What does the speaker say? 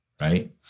right